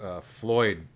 Floyd